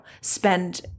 spend